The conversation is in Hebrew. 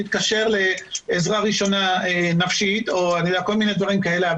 תתקשר לעזרה ראשונה נפשית או כל מיני דברים כאלה.